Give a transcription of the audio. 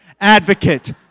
Advocate